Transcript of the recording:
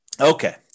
Okay